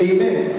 Amen